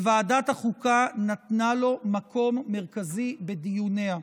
ווועדת החוקה נתנה לו מקום מרכזי בדיוניה.